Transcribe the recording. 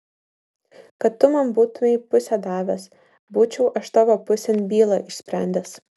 kad tu man būtumei pusę davęs būčiau aš tavo pusėn bylą išsprendęs